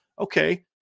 Okay